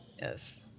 Yes